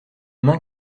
mains